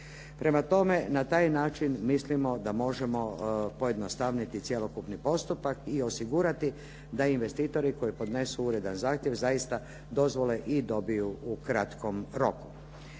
Prema tome, na taj način mislimo da možemo pojednostaviti cjelokupni postupak i osigurati da investitori koji podnesu uredan zahtjev zaista dozvole i dobiju u kratkom roku.